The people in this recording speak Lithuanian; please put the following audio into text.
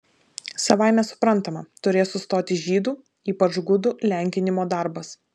savaime suprantama turės sustoti žydų ypač gudų lenkinimo darbas